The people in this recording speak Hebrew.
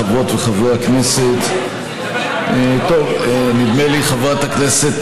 חברות וחברי הכנסת, נדמה לי, חברת הכנסת